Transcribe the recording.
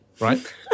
Right